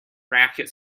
racket